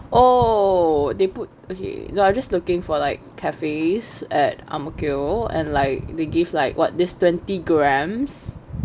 oh they put okay I'm just looking for like cafes at ang mo kio and like they give like what this twenty grammes